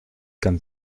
comme